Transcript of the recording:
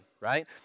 right